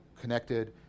connected